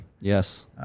Yes